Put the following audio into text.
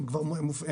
הם כבר פעילים,